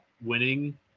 winning